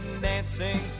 dancing